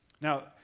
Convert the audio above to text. Now